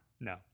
No